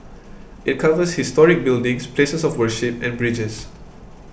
it covers historic buildings places of worship and bridges